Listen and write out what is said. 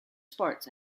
sports